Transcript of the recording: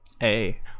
Hey